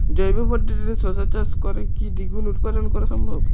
জৈব পদ্ধতিতে শশা চাষ করে কি দ্বিগুণ উৎপাদন করা সম্ভব?